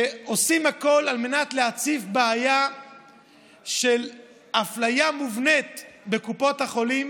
שעושים הכול על מנת להציף בעיה של אפליה מובנית בקופות החולים,